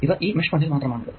ഇവ ഈ മെഷ് 1 ൽ മാത്രമാണ് ഉള്ളത്